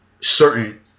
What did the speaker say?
certain